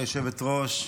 גברתי היושבת-ראש,